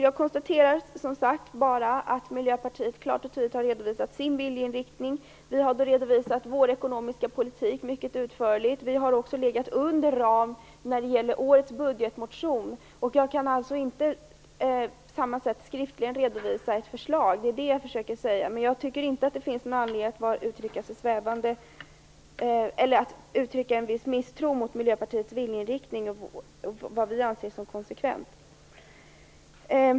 Jag konstaterar, som sagt var, bara att vi i Miljöpartiet klart och tydligt har redovisat vår viljeinriktning. Vi har redovisat vår ekonomiska politik mycket utförligt. Vi har också legat under ram i årets budgetmotion. Jag kan alltså inte på samma sätt som regeringen redovisa ett förslag skriftligt - det var det jag försökte säga. Det finns ingen anledning att uttrycka misstro mot Miljöpartiets viljeinriktning och vad vi anser är konsekvent.